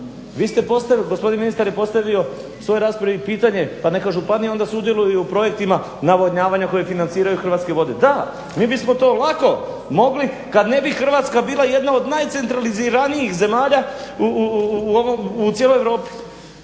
Vi ste postavili, gospodin ministar je postavio u svojoj raspravi i pitanje pa neka županije onda sudjeluju u projektima navodnjavanja koje financiraju Hrvatske vode. Da, mi bismo to lako mogli kad ne bi Hrvatska bila jedna od najcentraliziranijih zemalja u cijeloj Europi.